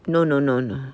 no no no no